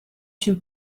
two